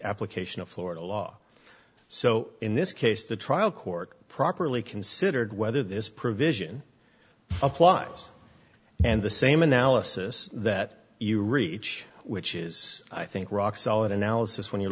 application of florida law so in this case the trial court properly considered whether this provision applies and the same analysis that you reach which is i think rock solid analysis when you